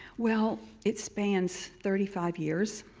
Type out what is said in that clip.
well, it spans thirty-five years,